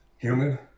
human